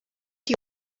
die